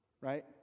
Right